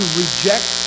reject